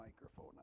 microphone